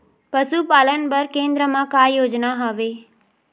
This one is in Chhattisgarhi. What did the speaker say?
पशुपालन बर केन्द्र म का योजना हवे?